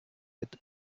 with